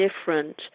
different